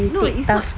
no it's not